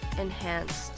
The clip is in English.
enhanced